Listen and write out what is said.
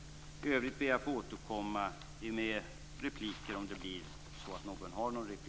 I övrigt ber jag att få återkomma om någon begär replik på mitt anförande.